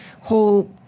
whole